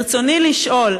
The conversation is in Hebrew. ברצוני לשאול,